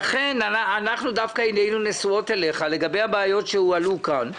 עינינו נשואות אליך לגבי הבעיות שהועלו כאן,